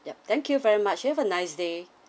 yup thank you very much you have a nice day